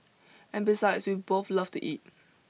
and besides we both love to eat